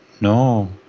No